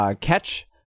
catch